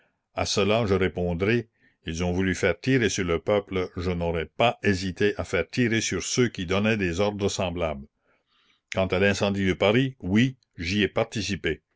à cela je répondrai ils ont voulu faire tirer sur le peuple je n'aurais pas hésité à faire tirer sur ceux qui donnaient des ordres semblables quant à l'incendie de paris oui j'y ai participé